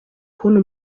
kubona